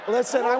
Listen